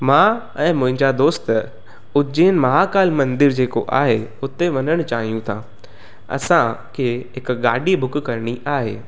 मां ऐं मुंहिंजा दोस्त उजैन माहाकाल मंदर जेको आहे हुते वञणु चाहियूं था असांखे हिकु गाॾी बुक करणी आहे